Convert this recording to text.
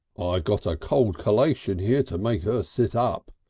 got a cold collation here to make her sit up.